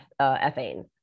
ethane